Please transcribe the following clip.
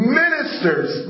ministers